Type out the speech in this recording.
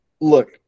look